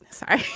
sorry.